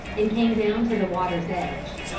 and came down to the water's edge.